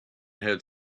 had